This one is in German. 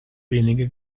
wenige